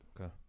Okay